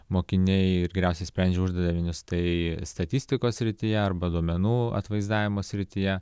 mokiniai ir geriausiai sprendžia uždavinius tai statistikos srityje arba duomenų atvaizdavimo srityje